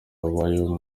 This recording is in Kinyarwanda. babayeho